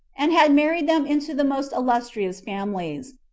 and had married them into the most illustrious families,